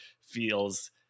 feels